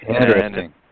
Interesting